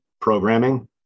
programming